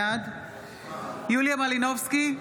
בעד יוליה מלינובסקי,